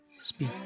Speak